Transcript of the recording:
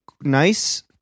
nice